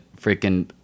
freaking